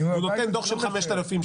והוא נותן דוח של 5,000,